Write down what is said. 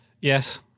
Yes